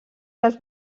les